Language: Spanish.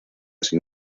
sin